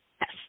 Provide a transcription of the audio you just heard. yes